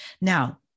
Now